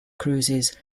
cruises